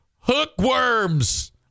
hookworms